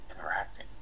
interacting